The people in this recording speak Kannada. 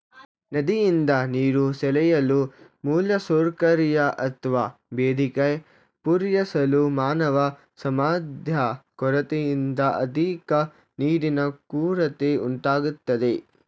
ನದಿಯಿಂದ ನೀರು ಸೆಳೆಯಲು ಮೂಲಸೌಕರ್ಯ ಅತ್ವ ಬೇಡಿಕೆ ಪೂರೈಸಲು ಮಾನವ ಸಾಮರ್ಥ್ಯ ಕೊರತೆಯಿಂದ ಆರ್ಥಿಕ ನೀರಿನ ಕೊರತೆ ಉಂಟಾಗ್ತದೆ